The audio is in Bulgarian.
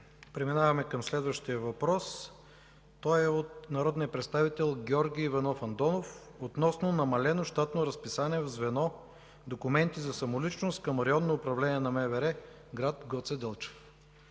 Преминаваме към следващия въпрос. Той е от народния представител Георги Иванов Андонов относно намалено щатно разписание в звено „Документи за самоличност” към Районно управление на МВР – гр. Гоце Делчев.